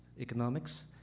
economics